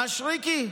מישרקי,